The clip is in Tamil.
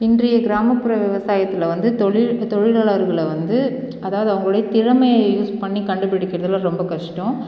இன்றைய கிராமப்புற விவசாயத்தில் வந்து தொழில் தொழிலாளர்களை வந்து அதாவது அவங்களுடைய திறமையை யூஸ் பண்ணி கண்டுபிடிக்கிறதுலா ரொம்பக் கஷ்டம்